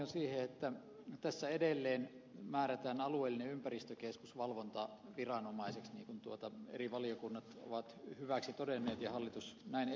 itse olisin kiinnittänyt huomion siihen että tässä edelleen määrätään alueellinen ympäristökeskus valvontaviranomaiseksi niin kuin eri valiokunnat ovat hyväksi todenneet ja hallitus näin esittää